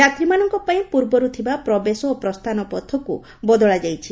ଯାତ୍ରୀମାନଙ୍କ ପାଇଁ ପୂର୍ବରୁ ଥିବା ପ୍ରବେଶ ଓ ପ୍ରସ୍ଛାନ ପଥକୁ ବଦଳାଯାଇଛି